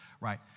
right